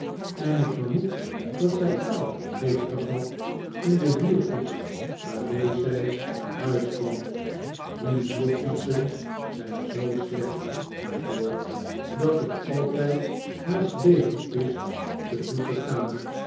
en ik vermoed dat zij kou heeft gevat in de huurkoets waarmee zij naar huis kwam die huurkoetsen zijn zoo slecht mylord dat het altijd haast beter is te voet te gaan